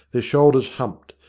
their shoulders humped,